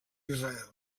israel